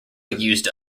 used